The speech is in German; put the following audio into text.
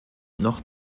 noch